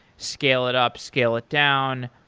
scale it up, scale it down.